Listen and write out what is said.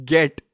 Get